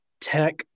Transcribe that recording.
Tech